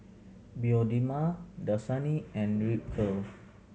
Bioderma Dasani and Ripcurl